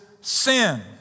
sin